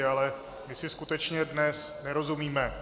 Ale my si skutečně dnes nerozumíme.